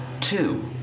two